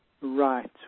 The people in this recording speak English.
Right